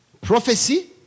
prophecy